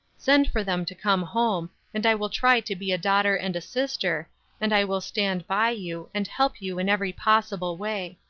send for them to come home, and i will try to be a daughter and a sister and i will stand by you, and help you in every possible way.